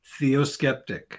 theoskeptic